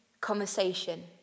conversation